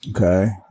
okay